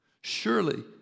Surely